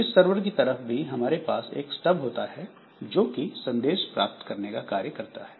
इस सर्वर की तरफ भी हमारे पास एक स्टब होता है जोकि संदेश प्राप्त करने का कार्य करता है